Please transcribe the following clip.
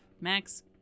Max